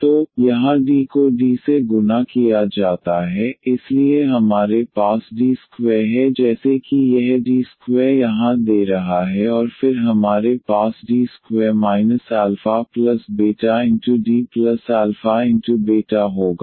तो यहाँ D को D से गुणा किया जाता है इसलिए हमारे पास D2 है जैसे कि यह D2 यहां दे रहा है और फिर हमारे पास D2 αβDαβ होगा